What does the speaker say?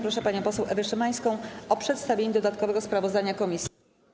Proszę panią poseł Ewę Szymańską o przedstawienie dodatkowego sprawozdania komisji.